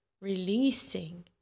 releasing